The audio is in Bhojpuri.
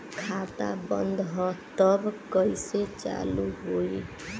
खाता बंद ह तब कईसे चालू होई?